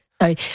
Sorry